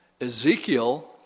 Ezekiel